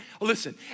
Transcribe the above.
Listen